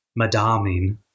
madaming